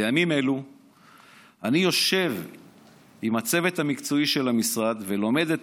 בימים אלה אני יושב עם הצוות המקצועי של המשרד ולומד את